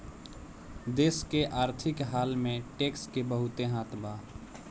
देश के आर्थिक हाल में टैक्स के बहुते हाथ बा